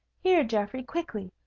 here, geoffrey quickly!